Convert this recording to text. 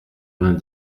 vingt